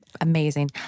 amazing